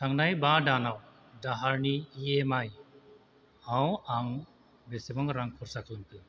थांनाय बा दानाव दाहारनि इ एम आइ आव आं बेसेबां रां खर्सा खालामखो